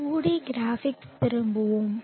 2 D graphics திரும்புவோம்